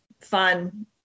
fun